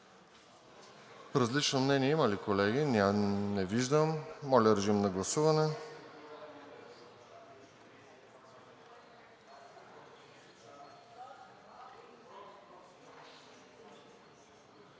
различно мнение има ли? Не виждам. Моля, режим на гласуване.